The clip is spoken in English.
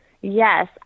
Yes